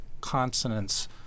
consonants